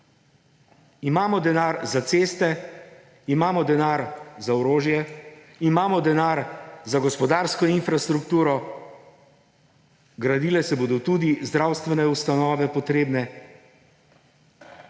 Imamo denar za ceste, imamo denar za orožje, imamo denar za gospodarsko infrastrukturo, gradile se bodo tudi potrebne zdravstvene ustanove –